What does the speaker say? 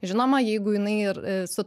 žinoma jeigu jinai ir su